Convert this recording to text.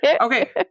Okay